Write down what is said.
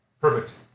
Perfect